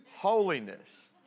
Holiness